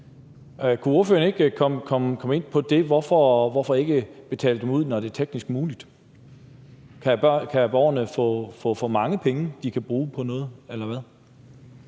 Kan ordføreren ikke komme ind på det: Hvorfor ikke udbetale dem, når det er teknisk muligt? Kan borgerne få for mange penge, de kan bruge på noget, eller hvad?